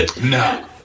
no